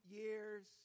years